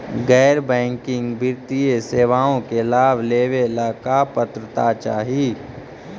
गैर बैंकिंग वित्तीय सेवाओं के लाभ लेवेला का पात्रता चाही?